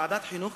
בוועדת החינוך,